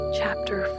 chapter